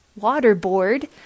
Waterboard